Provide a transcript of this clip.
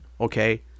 Okay